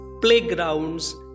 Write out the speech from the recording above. playgrounds